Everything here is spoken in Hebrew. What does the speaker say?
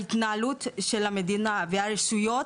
ההתנהלות של המדינה והרשויות,